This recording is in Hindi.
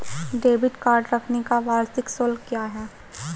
डेबिट कार्ड रखने का वार्षिक शुल्क क्या है?